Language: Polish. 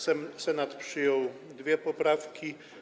Senat przyjął dwie poprawki.